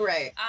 Right